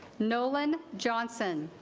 no len johnson